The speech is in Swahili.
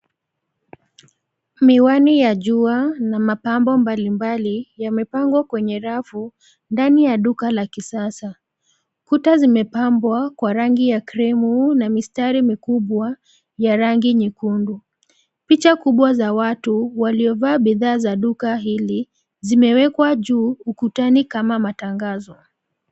Miwani ya jua na mapambo mbali mbali yamepangwa kwenye rafu ndani ya duka la kisasa. Kuta zimepambwa kwa rangi ya krimu na mistari mikubwa ya rangi nyekundu. Picha kubwa za watu waliovaa bidhaa za duka hili zimewekwa juu ukutani kama matangazo.